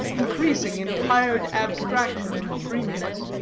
increasing in tired abstraction and dreaminess.